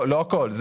לא הכול.